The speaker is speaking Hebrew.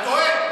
אתה טועה.